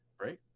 right